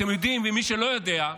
אתם יודעים, ולמי שלא יודע,